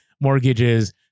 mortgages